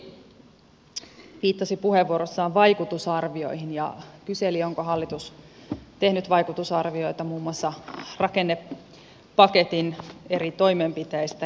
edustaja tölli viittasi puheenvuorossaan vaikutusarvioihin ja kyseli onko hallitus tehnyt vaikutusarvioita muun muassa rakennepaketin eri toimenpiteistä